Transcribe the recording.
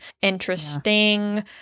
interesting